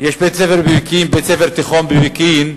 יש בית-ספר תיכון בפקיעין,